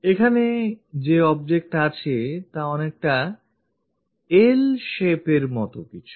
এখানে যে object আছে তা অনেকটা L shape এর মতো কিছু